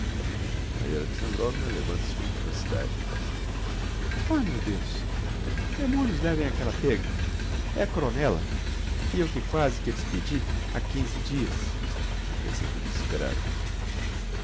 maria alexandrovna maria alexandrovna levanta-se com vivacidade ah meu deus demonios levem aquella pêga é a coronela e eu que quasi que a despedi ha quinze dias accrescenta desesperada